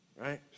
right